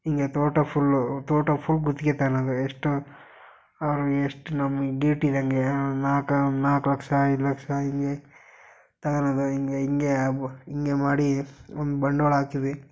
ಹೀಗೇ ತೋಟ ಫುಲ್ಲು ತೋಟ ಫುಲ್ ಗುತ್ತಿಗೆ ತಗಳದು ಎಷ್ಟು ಅವ್ರು ಎಷ್ಟು ನಮಗೆ ಗೀಟಿದಂಗೆ ನಾಲ್ಕು ಒಂದು ನಾಲ್ಕು ಲಕ್ಷ ಐದು ಲಕ್ಷ ಹೀಗೇ ತಗಳದು ಹೀಗೇ ಹಿಂಗೇ ಆಬ್ ಹಿಂಗೇ ಮಾಡಿ ಒಂದು ಬಂಡವಾಳ ಹಾಕಿದ್ವಿ